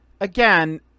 again